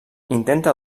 intenta